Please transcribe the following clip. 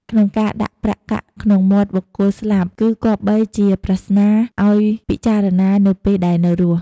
ក្នុងការដាក់ប្រាក់កាក់ក្នុងមាត់បុគ្គលស្លាប់ គឺគប្បីជាប្រស្នាឲ្យពិចារណានៅពេលដែលនៅរស់។